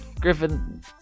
Griffin